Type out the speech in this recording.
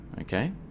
okay